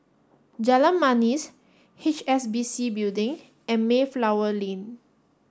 Jalan Manis H S B C Building and Mayflower Lane